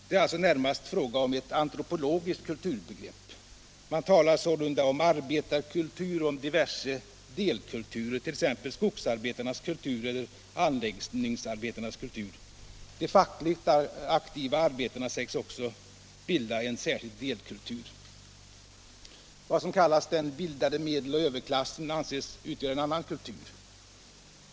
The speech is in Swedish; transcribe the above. Det är alltså närmast fråga om ett antropologiskt kulturbegrepp. Man talar sålunda om exempelvis arbetarkultur och om diverse delkulturer, t.ex. skogsarbetarnas kultur eller anläggningsarbetarnas kultur. De fackligt aktiva arbetarna sägs också bilda en särskild delkultur. Vad som kallas ”den bildade medel och överklassen” anses utgöra en annan kultur.